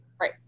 Right